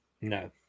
No